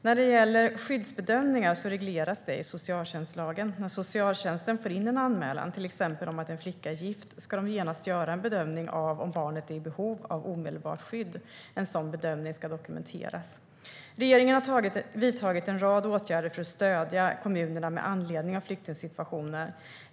När det gäller skyddsbedömningar regleras det i socialtjänstlagen. När socialtjänsten får in en anmälan, till exempel om att en flicka är gift, ska de genast göra en bedömning av om barnet är i behov av omedelbart skydd. En sådan bedömning ska dokumenteras. Regeringen har vidtagit en rad åtgärder för att stödja kommunerna med anledning av flyktingsituationen.